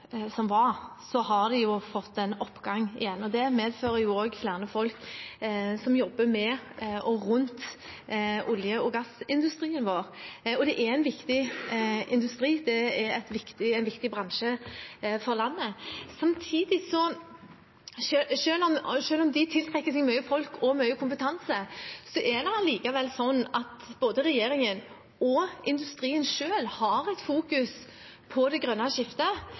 en oppgang igjen. Det medfører også flere folk som jobber i og rundt olje- og gassindustrien vår. Dette er en viktig industri, det er en viktig bransje for landet. Selv om den tiltrekker seg mye folk og mye kompetanse, fokuserer likevel både regjeringen og industrien selv på det grønne skiftet. Som jeg sa i mitt forrige innlegg, opplever jeg at den maritime industrien er veldig offensiv når det gjelder det grønne skiftet,